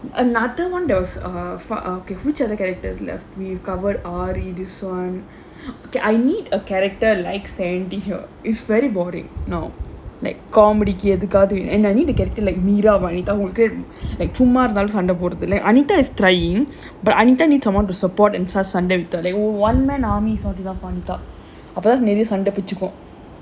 another one there was a which other characters left we've covered aari this [one] okay I need a character like sandy here is very boring no like comedy எதுக்காவது:ethukkaavathu and I need to get to like meera vanitha like சும்மா இருந்தாலும் சண்ட போடுறது:chumma irunthaalum sanda podurathu like anita is crying but anita need someone to support and start சண்ட இழுத்தா:sanda iluthaa one man army is not enough for anita அப்ப தான் நிறைய சண்ட பிச்சுக்கும்:appa thaan niraiya sanda pichukkum